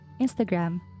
Instagram